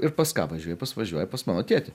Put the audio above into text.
ir pas ką važiuoja pas važiuoja pas mano tėtį